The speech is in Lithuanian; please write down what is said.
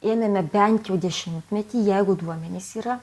ėmėme bent jau dešimtmetį jeigu duomenys yra